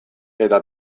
eta